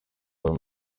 uyu